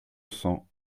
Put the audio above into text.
cents